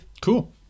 cool